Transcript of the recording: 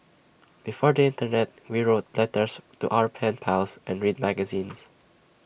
before the Internet we wrote letters to our pen pals and read magazines